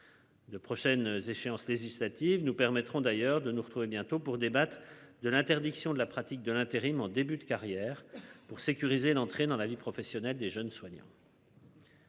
De prochaines échéances législatives nous permettront d'ailleurs de nous retrouver bientôt pour débattre de l'interdiction de la pratique de l'intérim en début de carrière pour sécuriser l'entrée dans la vie professionnelle des jeunes soignants.